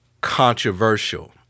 controversial